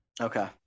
Okay